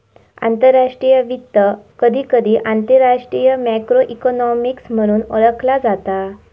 आंतरराष्ट्रीय वित्त, कधीकधी आंतरराष्ट्रीय मॅक्रो इकॉनॉमिक्स म्हणून ओळखला जाता